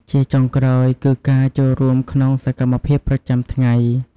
ជាចុងក្រោយ គឺ ការចូលរួមក្នុងសកម្មភាពប្រចាំថ្ងៃ ។